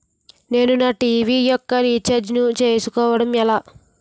నేను నా టీ.వీ యెక్క రీఛార్జ్ ను చేసుకోవడం ఎలా?